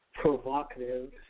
provocative